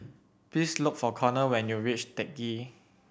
please look for Conor when you reach Teck Ghee